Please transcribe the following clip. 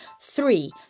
Three